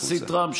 הנשיא טראמפ,